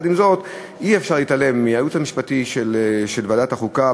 אי-אפשר להתעלם מהייעוץ המשפטי של ועדת החוקה,